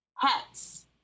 pets